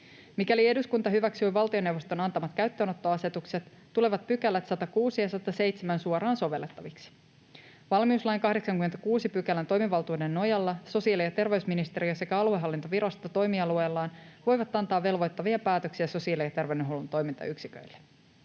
Mikäli eduskunta hyväksyy valtioneuvoston antamat käyttöönottoasetukset, tulevat 106 ja 107 §:t suoraan sovellettaviksi. Valmiuslain 86 §:n toimivaltuuden nojalla sosiaali- ja terveysministeriö sekä aluehallintovirasto toimialueellaan voivat antaa velvoittavia päätöksiä sosiaali- ja terveydenhuollon toimintayksiköille.